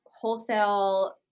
wholesale